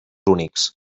unix